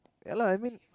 ya lah I mean